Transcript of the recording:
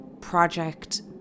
Project